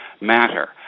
matter